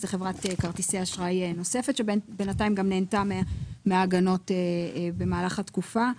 לחברת כרטיסי אשראי נוספת שבינתיים גם נהנתה מהגנות במהלך התקופה.